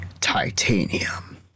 titanium